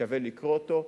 ששווה לקרוא אותו,